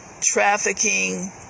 trafficking